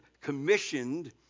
commissioned